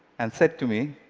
and said to me,